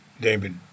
David